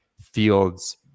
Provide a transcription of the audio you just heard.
Fields